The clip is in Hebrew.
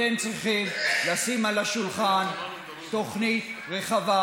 אתם צריכים לשים על השולחן תוכנית רחבה,